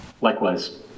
Likewise